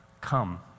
Come